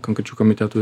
konkrečių komitetų